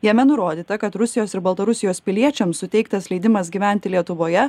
jame nurodyta kad rusijos ir baltarusijos piliečiams suteiktas leidimas gyventi lietuvoje